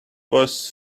was